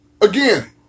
Again